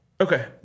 Okay